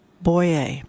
Boyer